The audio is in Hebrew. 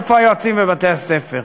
איפה היועצים בבתי-הספר?